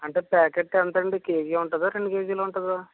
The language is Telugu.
అంటే ప్యాకెట్టు ఎంతండి కేజీ ఉంటుందారెండు కేజీలుంటుందా